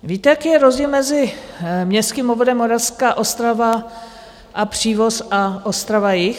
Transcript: Víte, jaký je rozdíl mezi městským obvodem Moravská Ostrava a Přívoz a OstravaJih?